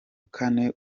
kane